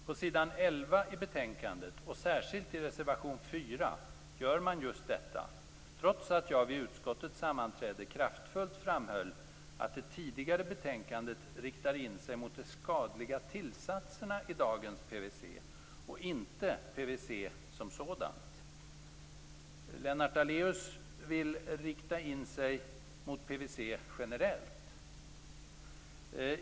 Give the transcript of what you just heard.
På s. 11 i betänkandet och särskilt i reservation 4 gör man just detta, trots att jag vid utskottets sammanträde kraftfullt framhöll att det tidigare betänkandet riktar in sig mot de skadliga tillsatserna i dagens PVC och inte mot PVC som sådant. Och Lennart Daléus vill rikta in sig mot PVC generellt.